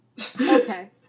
okay